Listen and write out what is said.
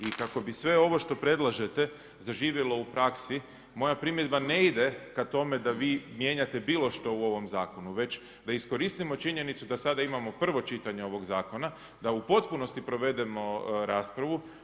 I kako bi sve ovo što predlažete zaživjelo u praksi moja primjedba ne ide k tome da vi mijenjate bilo što u ovome zakonu, već da iskoristimo činjenicu da sada imamo prvo čitanje ovog zakona, da u potpunosti provedemo raspravu.